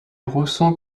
ressent